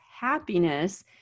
happiness